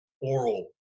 oral